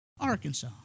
Arkansas